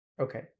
Okay